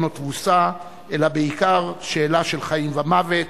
או תבוסה אלא בעיקר שאלה של חיים ומוות